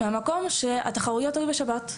מהמקום שהתחרויות היו בשבת.